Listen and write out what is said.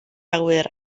awyr